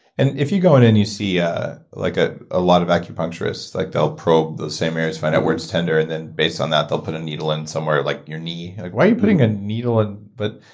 and if you go in and you see ah like ah a lot of acupuncturists, like they'll probe the same areas, find out where it's tender, and then based on that, they'll put a needle in somewhere like your knee. like. why are you putting a needle in? but,